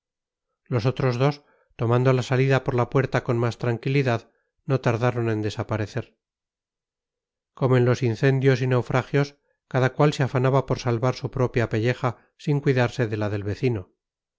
los otros dos tomando la salida por la puerta con más tranquilidad no tardaron en desaparecer como en los incendios y naufragios cada cual se afanaba por salvar su propia pelleja sin cuidarse de la del vecino